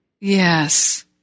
Yes